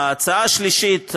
ההצעה השלישית,